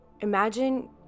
Imagine